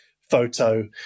photo